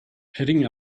heading